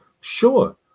sure